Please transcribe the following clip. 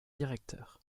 directeurs